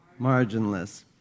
marginless